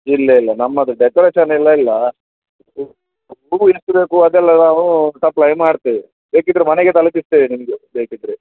ಇಲ್ಲ ಇಲ್ಲ ನಮ್ಮದು ಡೆಕೊರೇಷನೆಲ್ಲ ಇಲ್ಲ ಹೂ ಹೂವು ಎಷ್ಟು ಬೇಕು ಅದೆಲ್ಲ ನಾವು ಸಪ್ಲೈ ಮಾಡ್ತಿವಿ ಬೇಕಿದರೆ ಮನೆಗೆ ತಲುಪಿಸ್ತೇವೆ ನಿಮಗೆ ಬೇಕಿದರೆ